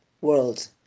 world